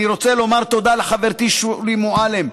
אני רוצה לומר תודה לחברתי שולי מועלם,